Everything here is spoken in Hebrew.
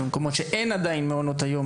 במקומות שאין עדיין מעונות היום,